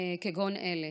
כגון אלה.